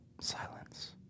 Silence